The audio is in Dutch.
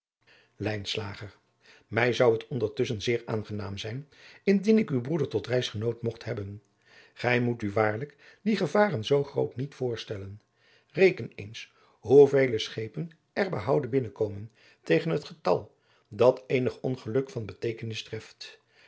mij zou het ondertusschen zeer aangenaam zijn indien ik uw broeder tot reisgenoot mogt hebben gij moet u waarlijk die gevaren zoo groot niet voorstellen reken eens hoe vele scheadriaan loosjes pzn het leven van maurits lijnslager pen er behouden binnen komen tegen het getal dat eenig ongeluk van beteekenis